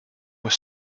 were